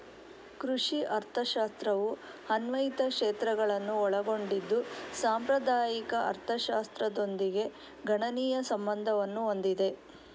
ಕೃಷಿ ಅರ್ಥಶಾಸ್ತ್ರವು ಅನ್ವಯಿಕ ಕ್ಷೇತ್ರಗಳನ್ನು ಒಳಗೊಂಡಿದ್ದು ಸಾಂಪ್ರದಾಯಿಕ ಅರ್ಥಶಾಸ್ತ್ರದೊಂದಿಗೆ ಗಣನೀಯ ಸಂಬಂಧವನ್ನು ಹೊಂದಿದೆ